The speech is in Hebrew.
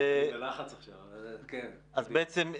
בעצם,